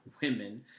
women